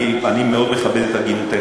אני מאוד מכבד את הגינותך.